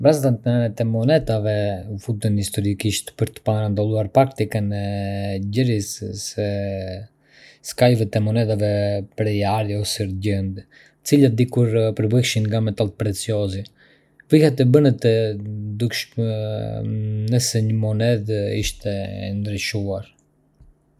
Brazdat në anët e monedhave, të quajtura "vija", u futën historikisht për të parandaluar praktikën e gërryerjes së skajeve të monedhave prej ari ose argjendi, të cilat dikur përbëheshin nga metale të preziosi. Vijat e bënin të dukshme nëse një monedhë ishte ndryshuar.